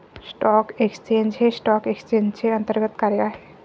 stock exchange हे stock एक्सचेंजचे अंतर्गत कार्य आहे